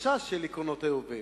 וקשה של עקרונות היובל.